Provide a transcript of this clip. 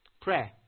prayer